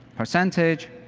percentage,